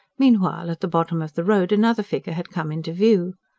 meanwhile at the bottom of the road another figure had come into view.